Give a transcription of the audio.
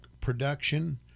production